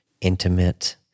intimate